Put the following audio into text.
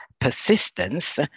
persistence